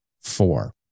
four